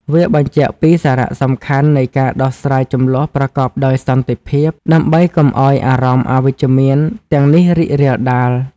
វាបញ្ជាក់ពីសារៈសំខាន់នៃការដោះស្រាយជម្លោះប្រកបដោយសន្តិភាព ដើម្បីកុំឲ្យអារម្មណ៍អវិជ្ជមានទាំងនេះរីករាលដាល។